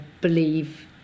believe